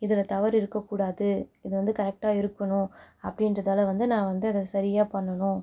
இதில் தவறு இருக்கக்கூடாது இது வந்து கரெக்டாக இருக்கணும் அப்படின்றதால வந்து நான் வந்து அதை சரியாக பண்ணணும்